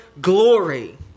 glory